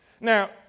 Now